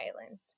island